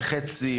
וחצי,